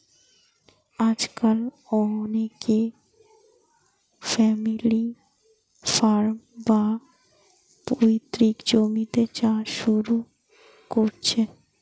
আজকাল অনেকে family farm, বা পৈতৃক জমিতে চাষ শুরু কোরছে